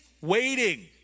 waiting